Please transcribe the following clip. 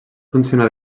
funcionar